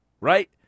Right